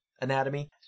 anatomy